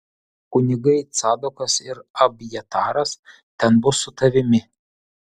kunigai cadokas ir abjataras ten bus su tavimi